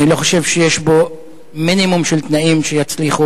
אני לא חושב שיש פה מינימום של תנאים שיבטיחו